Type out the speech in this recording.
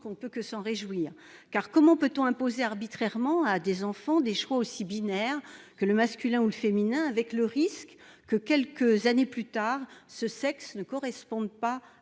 On ne peut que s'en réjouir, me semble-t-il, car comment peut-on imposer arbitrairement à des enfants des choix aussi binaires que le masculin ou le féminin, avec le risque que, quelques années plus tard, ce sexe ne corresponde pas